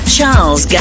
Charles